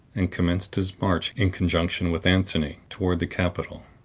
and commenced his march, in conjunction with antony, toward the capital.